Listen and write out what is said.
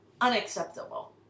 unacceptable